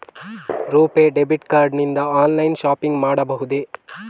RuPay debit card ನಿಂದ online shopping ಮಾಡಬಹುದೇ?